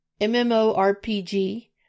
MMORPG